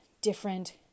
different